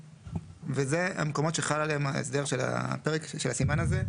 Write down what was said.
וזה המקומות שחל עליהם הפרק של הסימן הזה: